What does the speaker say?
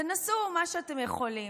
תנסו מה שאתם יכולים.